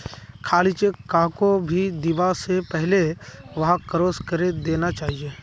खाली चेक कहाको भी दीबा स पहले वहाक क्रॉस करे देना चाहिए